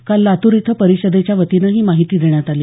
काल लातूर इथं परिषदेच्यावतीनं ही माहिती देण्यात आली